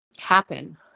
happen